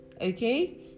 okay